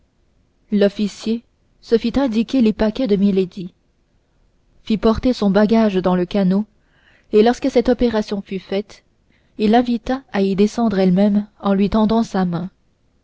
l'officier se fit indiquer les paquets de milady fit porter son bagage dans le canot et lorsque cette opération fut faite il l'invita à y descendre elle-même en lui tendant sa main